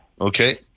Okay